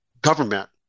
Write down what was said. government